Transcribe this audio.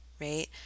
right